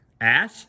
Ash